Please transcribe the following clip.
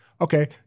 okay